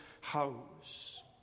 house